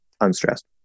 unstressed